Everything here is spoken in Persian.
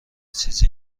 چیزی